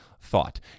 thought